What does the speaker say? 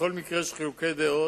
שבכל מקרה של חילוקי דעות,